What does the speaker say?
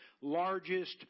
largest